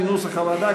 כנוסח הוועדה,